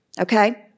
Okay